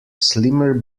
slimmer